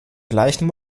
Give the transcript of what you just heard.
gleichen